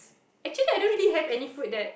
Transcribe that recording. actually I don't really have any food that